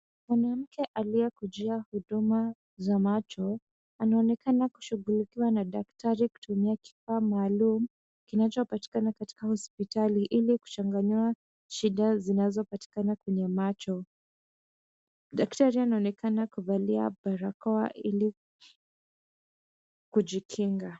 Mwanamke aliyekujia huduma za macho, anaonekana kushughulikiwa na daktari kutumia kifaa maalum, kinachopatikana katika hospitali ili kuchanganua shida zinazopatikana kwenye macho. Daktari anaonekana kuvalia barakoa ili kujikinga.